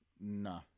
Nah